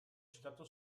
citato